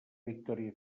victòria